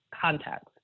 context